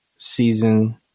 Season